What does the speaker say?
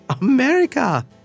America